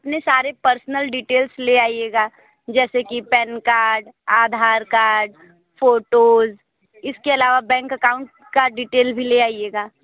अपने सारे personal details ले आएगा जैसे कि PAN card Aadhaar card photos इसके अलावा बैंक अकाउंट की डिटेल भी ले आइएगा